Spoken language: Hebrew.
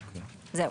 זהו.